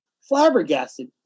flabbergasted